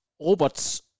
Robots